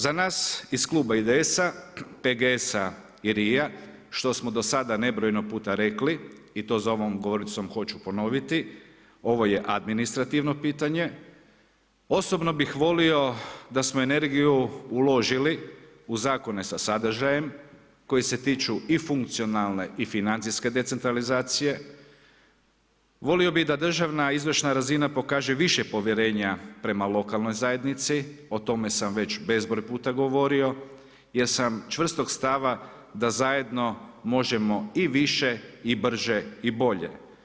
Za nas iz kluba IDS-a, PGS-a i LRI-a što smo do sada nebrojeno puta rekli to za ovom govornicom hoću ponoviti, ovo je administrativno pitanje. osobno bih volio da smo energiju uložili u zakone sa sadržajem koji se tiču i funkcionalne i financijske decentralizacije, volio bi da državna izvršna razina pokaže više povjerenja prema lokalnoj zajednici o tome sam već bezbroj puta govorio jer sam čvrstog stava da zajedno možemo i više i brže i bolje.